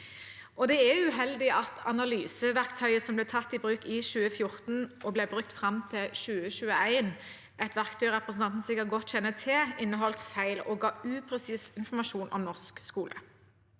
Det er uheldig at analyseverktøyet som ble tatt i bruk i 2014 og brukt fram til 2021 – et verktøy representanten sikkert kjenner godt til – inneholdt feil og ga upresis informasjon om norsk skole.